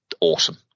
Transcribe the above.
awesome